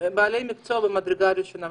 מקצוע ממדרגה ראשונה,